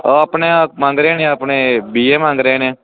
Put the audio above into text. ਆਪਣੇ ਮੰਗ ਰਹੇ ਨੇ ਆਪਣੇ ਬੀਏ ਮੰਗ ਰਹੇ ਨੇ